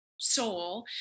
soul